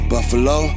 Buffalo